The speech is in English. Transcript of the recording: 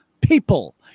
people